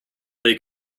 they